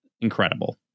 incredible